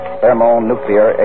thermonuclear